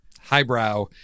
highbrow